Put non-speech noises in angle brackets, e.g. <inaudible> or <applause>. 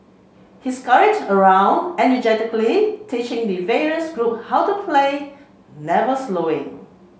he <unintelligible> around energetically teaching the various group how to play never slowing